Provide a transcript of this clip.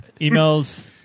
Emails